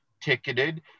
ticketed